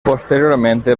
posteriormente